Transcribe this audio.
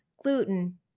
Gluten